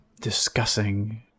discussing